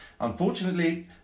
Unfortunately